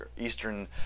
Eastern